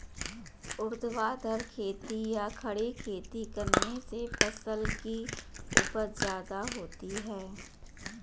ऊर्ध्वाधर खेती या खड़ी खेती करने से फसल की उपज ज्यादा होती है